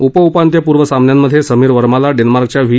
उपउपांत्यपूर्व सामन्यात समीर वर्माला डेन्मार्कच्या व्ही